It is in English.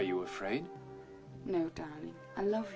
are you afraid i love